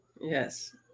Yes